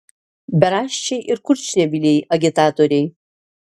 beraščiai ir kurčnebyliai agitatoriai